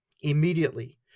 Immediately